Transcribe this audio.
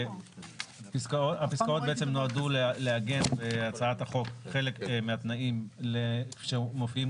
הפסקאות בעצם נועדו לעגן בהצעת החוק חלק מהתנאים שמופיעים